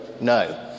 no